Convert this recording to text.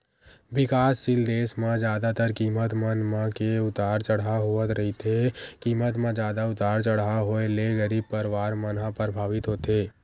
बिकाससील देस म जादातर कीमत मन म के उतार चड़हाव होवत रहिथे कीमत म जादा उतार चड़हाव होय ले गरीब परवार मन ह परभावित होथे